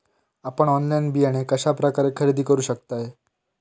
आपन ऑनलाइन बियाणे कश्या प्रकारे खरेदी करू शकतय?